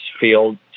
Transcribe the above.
field